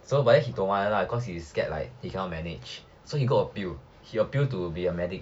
so but he then he don't want lah cause he scared like he cannot manage so he go appeal he appeal to be a medic